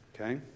okay